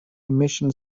emission